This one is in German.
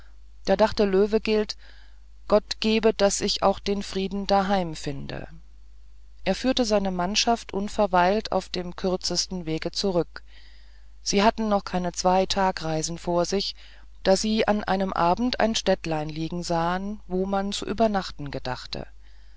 da dachte löwegilt gott gebe daß ich auch den frieden daheim finde er führte seine mannschaft unverweilt auf den kürzesten wegen zurück sie hatten noch zwei kleine tagreisen vor sich da sie an einem abend ein städtlein liegen sahen wo man zu übernachten dachte